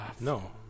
No